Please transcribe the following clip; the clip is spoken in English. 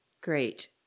Great